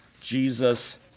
Jesus